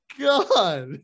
God